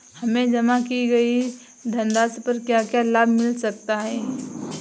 हमें जमा की गई धनराशि पर क्या क्या लाभ मिल सकता है?